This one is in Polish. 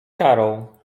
karą